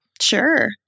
Sure